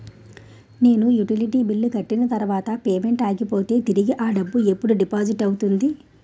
నేను utility bill కట్టిన తర్వాత పేమెంట్ ఆగిపోతే తిరిగి అ డబ్బు ఎప్పుడు డిపాజిట్ అవుతుంది?